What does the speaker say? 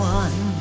one